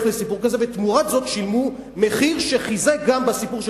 ותמורת זאת שילמו מחיר שחיזק גם בסיפור של